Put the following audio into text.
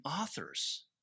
authors